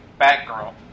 Batgirl